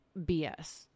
BS